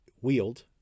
wield